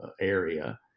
area